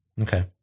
Okay